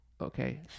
Okay